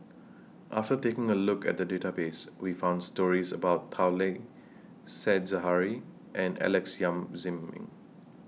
after taking A Look At The Database We found stories about Tao Li Said Zahari and Alex Yam Ziming